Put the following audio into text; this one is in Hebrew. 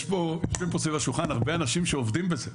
יושבים פה סביב השולחן הרבה אנשים שעובדים בזה.